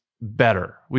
better